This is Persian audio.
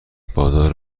پایدار